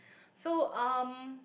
so um